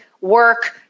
work